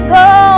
go